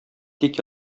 тик